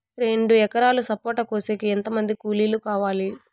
రెండు ఎకరాలు సపోట కోసేకి ఎంత మంది కూలీలు కావాలి?